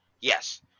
Yes